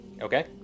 Okay